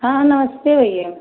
हाँ नमस्ते भैया